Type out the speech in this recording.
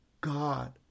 God